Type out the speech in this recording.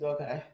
Okay